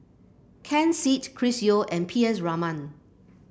Ken Seet Chris Yeo and P S Raman